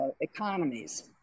economies